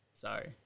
sorry